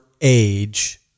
age